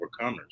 overcomers